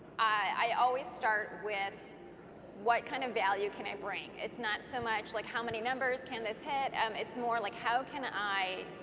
always start with what kind of value can i bring. it's not so much like how many numbers can this hit. um it's more like how can i,